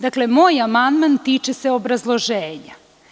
Dakle, moj amandman tiče se obrazloženja.